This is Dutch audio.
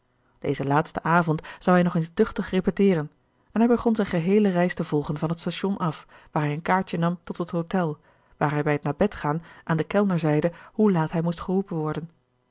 dezen laatsten avond zou hij nog eens duchtig repeteeren en hij begon zijne geheele reis te volgen van het station af waar hij een kaartje nam tot het hotel waar hij bij het naar bed gaan aan den kellner zeide hoe laat hij moest geroepen worden